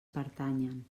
pertanyen